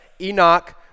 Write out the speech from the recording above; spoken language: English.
Enoch